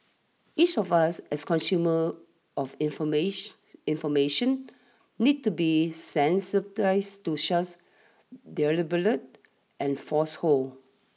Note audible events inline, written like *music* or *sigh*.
each of us as consumers of *unintelligible* information needs to be sensitised to such deliberate and falsehoods